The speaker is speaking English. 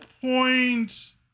point